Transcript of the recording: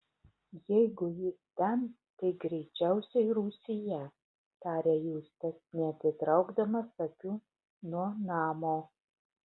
jeigu jis ten tai greičiausiai rūsyje tarė justas neatitraukdamas akių nuo namo